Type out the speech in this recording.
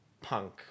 punk